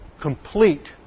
complete